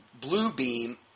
Bluebeam